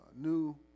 new